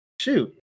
shoot